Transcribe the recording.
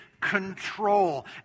control